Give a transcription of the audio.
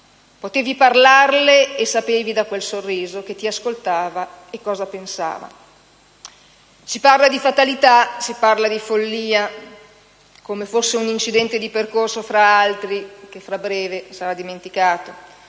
Potevi parlarle e sapevi da quel sorriso che ti ascoltava e cosa pensava. Si parla di fatalità, si parla di follia, come se fosse un incidente di percorso tra altri, che tra breve sarà dimenticato,